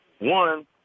One